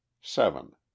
seven